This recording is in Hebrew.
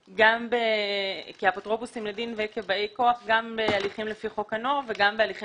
בשמו בדבר הבדיקה המתנהלת בעקבות תלונתו"; הסיפה פה תימחק.